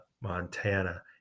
Montana